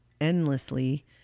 endlessly